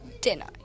dinner